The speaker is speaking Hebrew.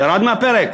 ירד מהפרק.